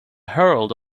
herald